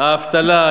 האבטלה,